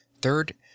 Third